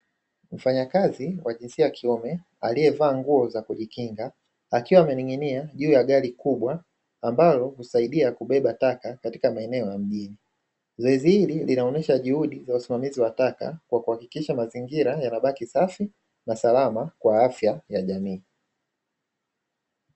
Mfanyakazi wa jinsia ya kiume, aliye valia nguo za kujikinga, akiwa amening'inia juu ya gari kubwa ambalo husaidia kubeba taka katika maeneo ya mjini. Zoezi hili inaonyesha juhudi za usimamizi wa taka kwa kuhakikisha mazingira yanabaki safi na salama kwa afya ya jamii.